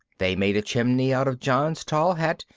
they made a chimney out of john's tall hat,